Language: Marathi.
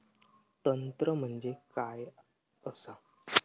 तंत्र म्हणजे काय असा?